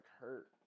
hurt